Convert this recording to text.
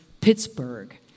Pittsburgh